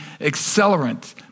accelerant